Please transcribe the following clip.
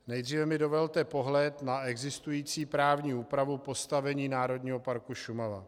Nejdříve mi dovolte pohled na existující právní úpravu postavení Národního parku Šumava.